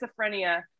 schizophrenia